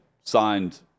signed